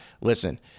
listen